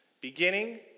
Beginning